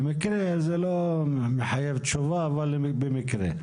זה לא מחייב תשובה, אבל במקרה.